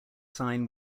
sign